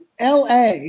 LA